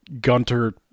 Gunter